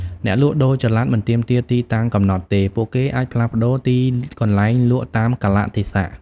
អ្នកលក់ដូរចល័តមិនទាមទារទីតាំងកំណត់ទេ ពួកគេអាចផ្លាស់ប្តូរទីកន្លែងលក់តាមកាលៈទេសៈ។